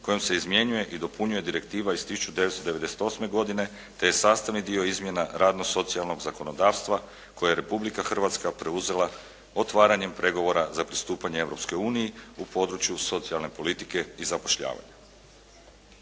kojom se izmjenjuje i dopunjuje direktiva iz 1998. godine te je sastavni dio izmjena radno-socijalnog zakonodavstva koje je Republika Hrvatska preuzela otvaranjem pregovora za pristupanje Europskoj uniji u području socijalne politike i zapošljavanja.